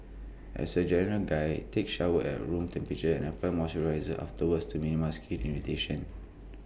as A general guide take showers at room temperature and apply moisturiser afterwards to minimise skin irritation